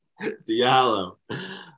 Diallo